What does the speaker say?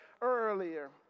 earlier